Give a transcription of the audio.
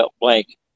blank